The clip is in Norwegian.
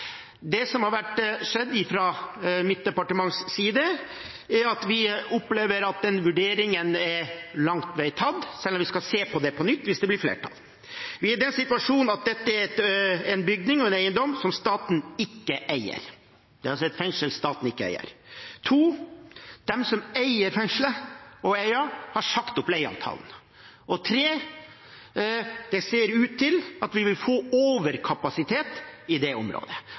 Osterøy. Jeg har betydelig sympati for at man ønsker å vurdere også Osterøy. Fra mitt departements side opplever vi at den vurderingen langt på vei er gjort, selv om vi skal se på det nytt hvis det blir flertall for det. Situasjonen er at dette er en bygning og eiendom som staten ikke eier. Det er altså et fengsel staten ikke eier. Videre har de som eier fengselet og øya, sagt opp leieavtalen. Og det ser ut til at vi vil få overkapasitet i det området.